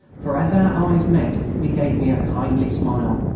for as our eyes met he gave me a kindly smile.